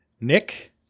Nick